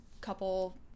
couple